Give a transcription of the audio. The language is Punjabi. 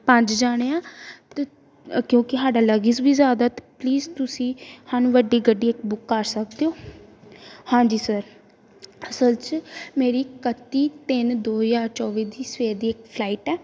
ਪੰਜ ਜਣੇ ਆ ਅਤੇ ਕਿਉਂਕਿ ਸਾਡਾ ਲਗਿਜ਼ ਵੀ ਜ਼ਿਆਦਾ ਤਾਂ ਪਲੀਜ਼ ਤੁਸੀਂ ਸਾਨੂੰ ਵੱਡੀ ਗੱਡੀ ਬੁੱਕ ਕਰ ਸਕਦੇ ਹੋ ਹਾਂਜੀ ਸਰ ਅਸਲ 'ਚ ਮੇਰੀ ਇਕੱਤੀ ਤਿੰਨ ਦੋ ਹਜ਼ਾਰ ਚੌਵੀ ਦੀ ਸਵੇਰ ਦੀ ਫਲਾਈਟ ਹੈ